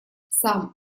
сам